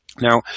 Now